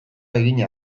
egina